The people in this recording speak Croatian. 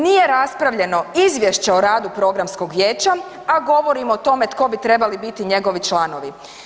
Nije raspravljeno Izvješće o radu Programskog vijeća, a govorimo o tome tko bi trebali biti njegovi članovi.